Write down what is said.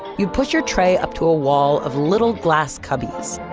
you'd push your tray up to a wall of little glass cubbies,